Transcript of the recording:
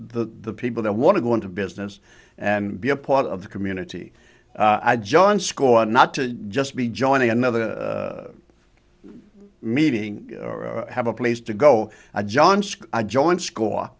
the people that want to go into business and be a part of the community john school and not to just be joining another meeting or have a place to go a john sc